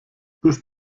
bis